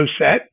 set